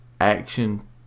action